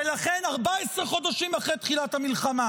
ולכן, 14 חודשים אחרי תחילת המלחמה